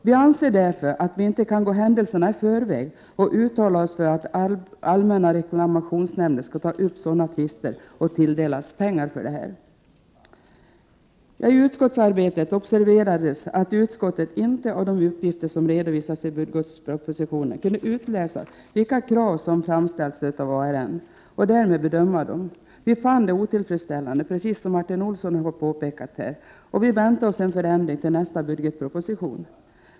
Vi anser därför att vi inte kan gå händelserna i förväg och uttala oss för att allmänna reklamationsnämnden skall ta upp sådana tvister och tilldelas pengar för detta. I utskottsarbetet observerades att utskottet inte av de uppgifter som redovisades i budgetpropositionen kunde utläsa vilka krav som framställts av allmänna reklamationsnämnden och därmed bedöma dem. Vi fann detta otillfredsställande, som Martin Olsson har påpekat här, och väntar oss en förändring i nästa budgetproposition.